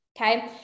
okay